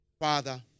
Father